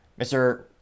Mr